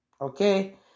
okay